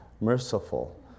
merciful